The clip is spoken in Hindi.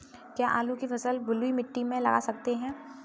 क्या आलू की फसल बलुई मिट्टी में लगा सकते हैं?